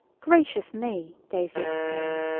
gracious me! daisy exclaimed,